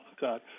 God